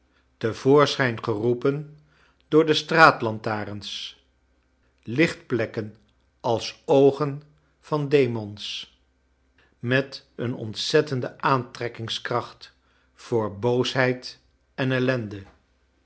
te voorschijn geroepen door de straatlantarens lichtplekken als oogen van demons met een ontzettende aantrekkingskracht voor boosheid en ellende